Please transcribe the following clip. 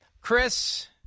Chris